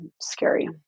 scary